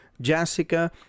Jessica